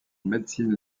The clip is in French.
médecine